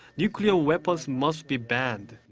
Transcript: nuclear weapons must be banned.